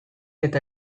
eta